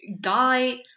guy